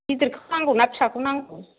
गिदिरखौ नांगौ ना फिसाखौ नांगौ